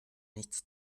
nichts